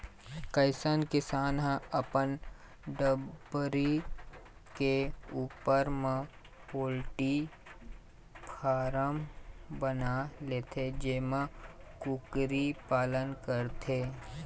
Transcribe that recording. कइझन किसान ह अपन डबरी के उप्पर म पोल्टी फारम बना लेथे जेमा कुकरी पालन करथे